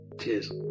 Cheers